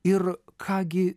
ir ką gi